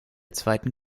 zweiten